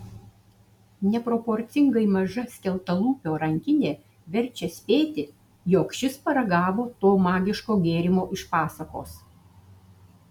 neproporcingai maža skeltalūpio rankinė verčia spėti jog šis paragavo to magiško gėrimo iš pasakos